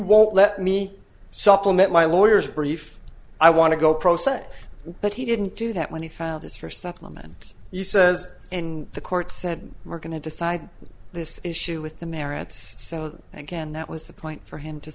won't let me supplement my lawyers brief i want to go pro se but he didn't do that when he filed this for supplement he says in the court said we're going to decide this issue with the merits so again that was the point for him to